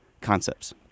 concepts